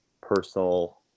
personal